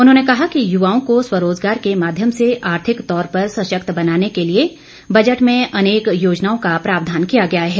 उन्होंने कहा कि युवाओं को स्वरोजगार के माध्यम से आर्थिक तौर पर सशक्त बनाने के लिए बजट में अनेक योजनाओं का प्रावधान किया गया है